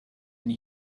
and